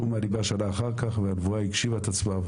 משום בה אני בא שנה אחר כך והנבואה הגשימה את עצמה,